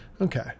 Okay